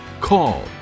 call